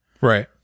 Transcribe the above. Right